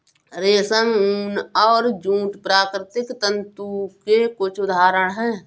रेशम, ऊन और जूट प्राकृतिक तंतु के कुछ उदहारण हैं